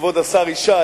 כבוד השר ישי,